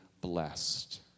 blessed